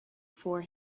for